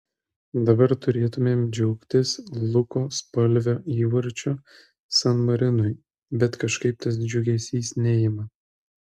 dabar turėtumėm džiaugtis luko spalvio įvarčiu san marinui bet kažkaip tas džiugesys neima